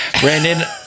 Brandon